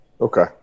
Okay